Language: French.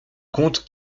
compte